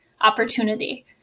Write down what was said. opportunity